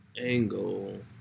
angle